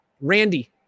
Randy